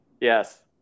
Yes